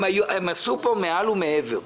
הם עשו פה מעל ומעבר,